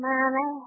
Mommy